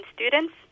students